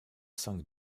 cinq